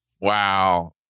Wow